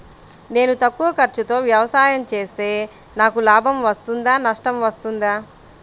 నేను తక్కువ ఖర్చుతో వ్యవసాయం చేస్తే నాకు లాభం వస్తుందా నష్టం వస్తుందా?